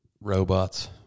robots